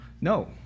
No